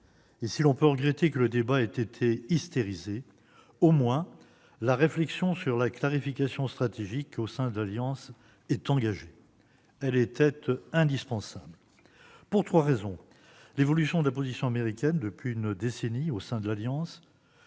et, si l'on peut regretter que le débat ait été hystérisé, la réflexion sur la clarification stratégique au sein de l'OTAN est, au moins, engagée. Elle était indispensable, pour trois raisons : l'évolution de la position américaine depuis une décennie au sein de l'Alliance,